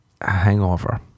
hangover